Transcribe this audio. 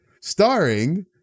starring